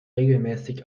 regelmäßig